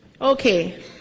Okay